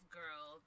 girl